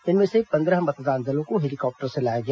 इनमें से पंद्रह मतदान दलों को हेलीकॉप्टर से लाया गया